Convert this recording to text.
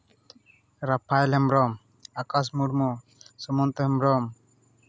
Raphael Hembrom Akash Murmu Sumanta Hembrom